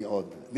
מי עוד?